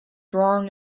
drawn